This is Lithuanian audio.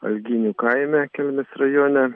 alginių kaime kelmės rajone